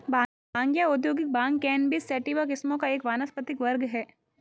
भांग या औद्योगिक भांग कैनबिस सैटिवा किस्मों का एक वानस्पतिक वर्ग है